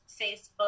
Facebook